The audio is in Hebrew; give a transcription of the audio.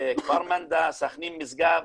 כפר מנדא, סכנין, משגב,